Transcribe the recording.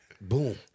boom